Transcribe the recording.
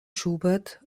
schubert